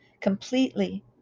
completely